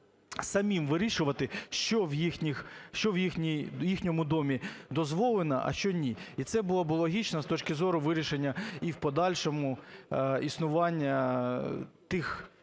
самим вирішувати, що в їхньому домі дозволено, а що ні. І це було б логічно з точки зору вирішення і в подальшому існування тих